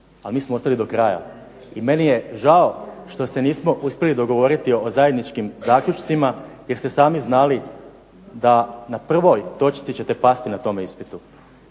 ali mi smo ostali do kraja. I meni je žao što se nismo uspjeli dogovoriti o zajedničkim zaključcima jer ste sami znali da na prvoj točci ćete pasti na tome ispitu.